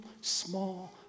small